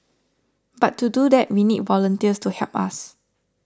but to do that we need volunteers to help us